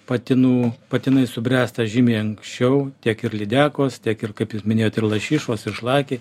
patinų patinai subręsta žymiai anksčiau tiek ir lydekos tiek ir kaip jūs minėjot ir lašišos ir šlakiai